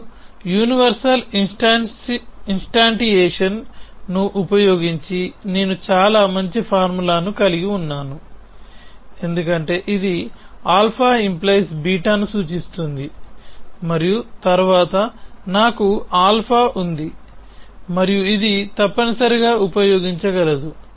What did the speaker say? ఇప్పుడు యూనివర్సల్ ఇన్స్టాంటియేషన్ను ఉపయోగించిన నేను చాలా మంచి ఫార్ములాను కలిగి ఉన్నాను ఎందుకంటే ఇది α🡪β ను సూచిస్తుంది మరియు తరువాత నాకు α ఉంది మరియు ఇది తప్పనిసరిగా ఉపయోగించగలదు